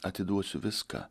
atiduosiu viską